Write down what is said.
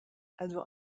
also